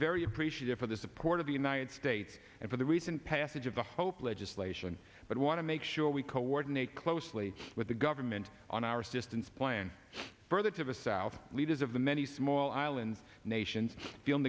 very appreciative for the support of the united states and for the recent passage of the hope legislation but i want to make sure we coordinate closely with the government on our assistance plan further to the south leaders of the many small island nations feel